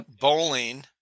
bowling